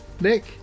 Nick